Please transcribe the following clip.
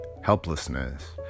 helplessness